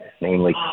namely